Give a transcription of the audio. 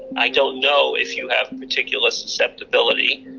i don't know if you have particular susceptibility.